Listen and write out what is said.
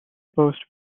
post